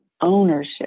ownership